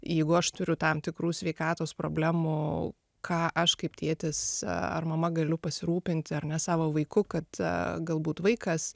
jeigu aš turiu tam tikrų sveikatos problemų ką aš kaip tėtis ar mama galiu pasirūpinti ar ne savo vaiku kad galbūt vaikas